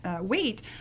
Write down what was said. weight